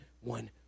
one